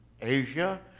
Asia